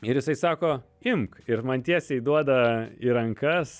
ir jisai sako imk ir man tiesiai duoda į rankas